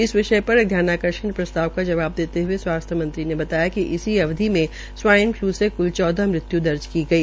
इस विषय पर एक ध्यानाकर्षण प्रस्ताव का जवाब देते हये स्वास्थ्य मंत्री ने बताया कि इसी अवधि में स्वाइन फ्लू से क्ल चौदह मृत्य् दर्ज की गई